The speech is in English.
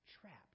trapped